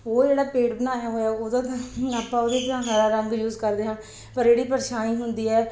ਉਹ ਜਿਹੜਾ ਪੇੜ ਬਣਾਇਆ ਹੋਇਆ ਉਹਦਾ ਤਾਂ ਆਪਾਂ ਉਹਦੇ 'ਚ ਤਾਂ ਹਰਾ ਰੰਗ ਯੂਜ ਕਰਦੇ ਹਾਂ ਪਰ ਜਿਹੜੀ ਪਰਛਾਈ ਹੁੰਦੀ ਹੈ